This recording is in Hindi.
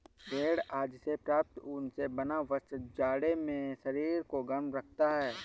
भेड़ आदि से प्राप्त ऊन से बना वस्त्र जाड़े में शरीर को गर्म रखता है